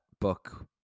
book